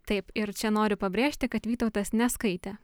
taip ir čia noriu pabrėžti kad vytautas neskaitė